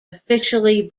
officially